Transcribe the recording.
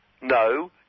no